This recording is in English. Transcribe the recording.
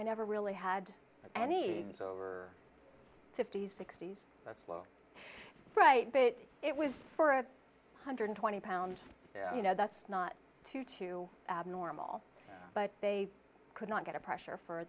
i never really had any over fifty's sixty's that's low right but it was four hundred twenty pounds you know that's not too too abnormal but they could not get a pressure for